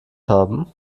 haben